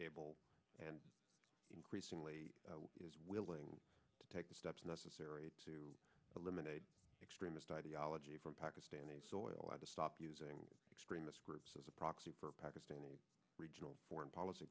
able and increasingly is willing to take the steps necessary to eliminate extremist ideology from pakistani soil had to stop using extremist groups as a proxy for pakistani regional foreign policy